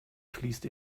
fließt